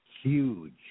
huge